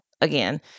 again